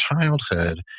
childhood